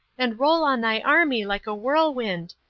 and roll on thy army like a whirlwind,